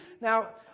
Now